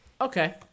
Okay